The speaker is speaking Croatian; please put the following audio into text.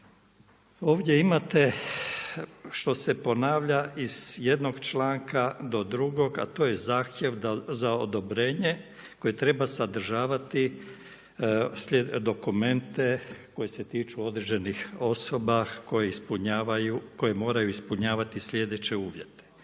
Ovdje imate što se ponavlja iz jednog članka do drugog, a to je zahtjev za odobrenje koje treba sadržavati dokumente koji se tiču određenih osoba koje ispunjavaju, koje moraju ispunjavati slijedeće uvjete